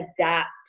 adapt